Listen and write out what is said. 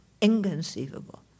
inconceivable